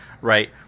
Right